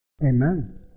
Amen